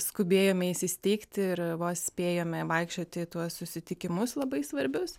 skubėjome įsisteigti ir vos spėjome vaikščioti į tuos susitikimus labai svarbius